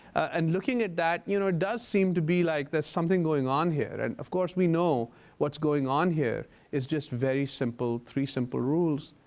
and looking at that you know does seem to be like there's something going on here. and of course we know what's going on here is just very simple, three simple rules.